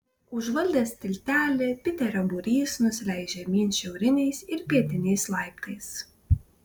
užvaldęs tiltelį piterio būrys nusileis žemyn šiauriniais ir pietiniais laiptais